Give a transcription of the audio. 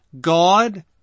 God